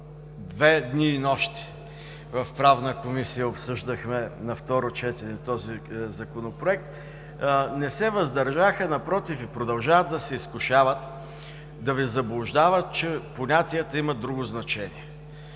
два дни и две нощи в Правната комисия обсъждахме на второ четене този Законопроект, не се въздържаха, напротив, продължават да се изкушават да Ви заблуждават, че понятията имат друго значение,